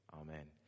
amen